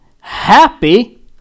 happy